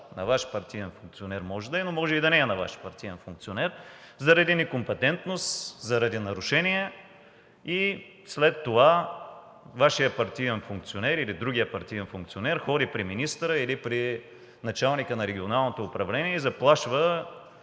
на Ваш партиен функционер може да е, но може и да не е на Ваш партиен функционер, заради некомпетентност, заради нарушения и след това Вашият партиен функционер или другият партиен функционер ходи при министъра или при началника на регионалното управление и заплашва.